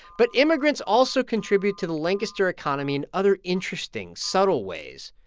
but immigrants also contribute to the lancaster economy in other interesting, subtle ways.